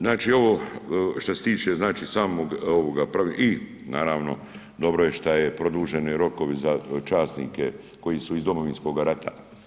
Znači ovo što se tiče samog ovog, i naravno dobro je što je produženi rokovi za časnike koji su iz Domovinskoga rata.